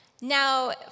Now